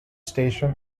station